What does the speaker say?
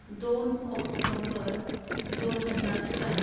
दोन ऑक्टोबर दोन हजार चार